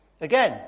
Again